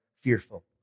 fearful